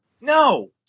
No